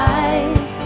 eyes